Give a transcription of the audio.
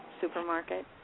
supermarket